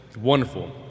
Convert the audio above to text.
Wonderful